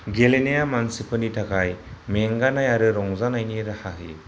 गेलेनाया मानसिफोरनि थाखाय मेंगानाय आरो रंजानायनि राहा होयो